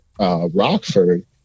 Rockford